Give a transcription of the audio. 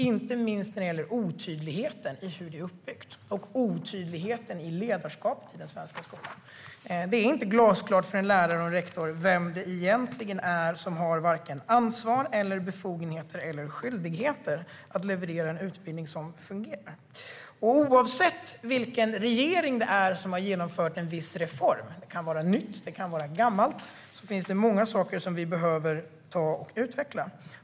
Inte minst gäller det otydligheten i hur det är uppbyggt och otydligheten i ledarskapet i den svenska skolan. Det är inte glasklart för en lärare och en rektor vem det egentligen är som har vare sig ansvar, befogenheter eller skyldigheter att leverera en utbildning som fungerar. Oavsett vilken regering det är som har genomfört en viss reform - det kan vara en ny eller en gammal - finns det många saker som vi behöver utveckla.